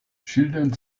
schildern